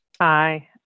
Hi